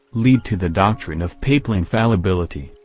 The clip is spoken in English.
lead to the doctrine of papal infallibility,